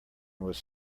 was